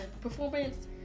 performance